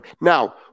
Now